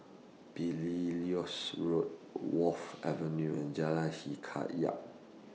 Belilios Road Wharf Avenue and Jalan Hikayat